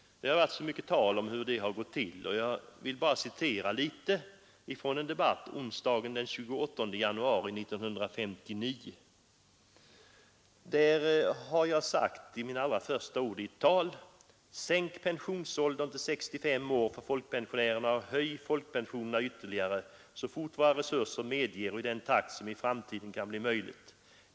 Det har varit mycket tal om vad som tidigare förevarit i denna fråga, och jag vill bara citera något från en debatt onsdagen den 28 januari 1959. Jag sade i denna debatt: ”Sänk pensionsåldern till 65 år för folkpensionärerna och höj folkpensionerna ytterligare så fort våra resurser medger och i den takt som i framtiden kan bli möjlig!